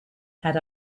had